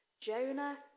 Jonah